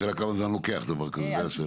השאלה היא כמה זמן דבר כזה לוקח.